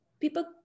people